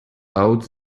out